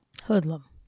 Hoodlum